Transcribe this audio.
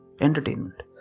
entertainment